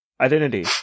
Identity